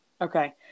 Okay